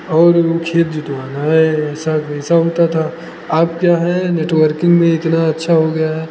और खेत जोतवाना है ऐसा वैसा होता था अब क्या है नेटवर्किंग में इतना अच्छा हो गया है